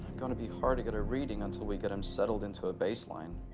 gonna be hard to get a reading until we get him settled into a baseline.